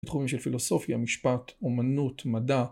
בתחומים של פילוסופיה, משפט, אומנות, מדע